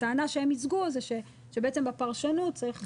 הטענה שהם ייצגו היא שבפרשנות צריך לקבל